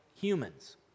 humans